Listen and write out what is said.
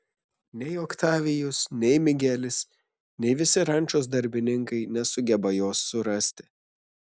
nei oktavijus nei migelis nei visi rančos darbininkai nesugeba jos surasti